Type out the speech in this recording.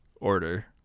order